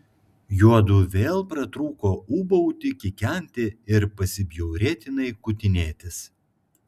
juodu vėl pratrūko ūbauti kikenti ir pasibjaurėtinai kutinėtis